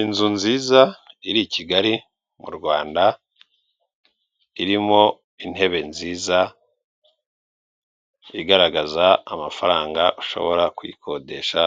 Inzu nziza iri i Kigali mu Rwanda, irimo intebe nziza, igaragaza amafaranga ushobora kuyikodesha,